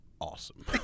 Awesome